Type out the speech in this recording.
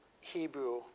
Hebrew